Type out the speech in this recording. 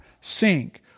sink